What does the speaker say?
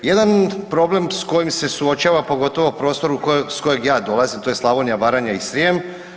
Jedan problem s kojim se suočava, pogotovo prostor s kojeg ja dolazim, to je Slavonija, Baranja i Srijem.